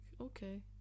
okay